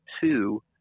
two